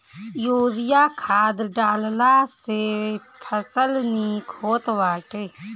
urea खाद डालला से फसल निक होत बाटे